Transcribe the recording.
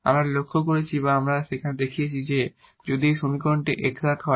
আমরা লক্ষ্য করেছি বা আমরা সেখানে দেখিয়েছি যে যদি এই সমীকরণটি এক্সাট হয়